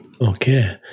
Okay